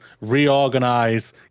reorganize